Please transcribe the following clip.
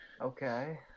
Okay